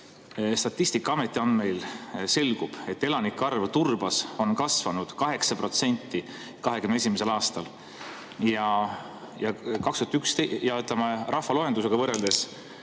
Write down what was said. Statistikaameti andmeil selgub, et elanike arv Turbas on kasvanud 8% 2021. aastal, ja rahvaloendusega võrreldes